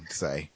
say